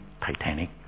Titanic